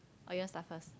or you want start first